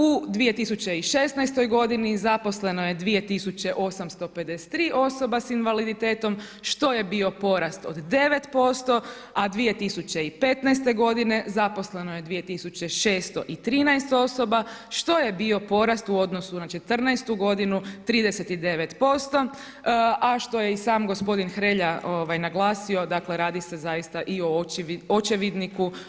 U 2016. godini zaposleno je 2853 osobe s invaliditetom što je bio porast od 9%, a 2015. godine zaposleno je 2613 osoba što je bio porast u odnosu na 2014. 39%, a što je i sam gospodin Hrelja naglasio, dakle radi se zaista i o očevidniku.